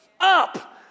up